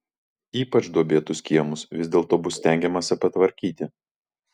ypač duobėtus kiemus vis dėlto bus stengiamasi patvarkyti